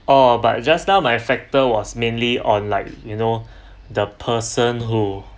oh but just now my factor was mainly on like you know the person who